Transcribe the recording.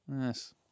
Yes